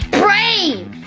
brave